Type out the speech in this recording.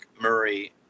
Murray